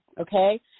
okay